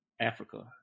Africa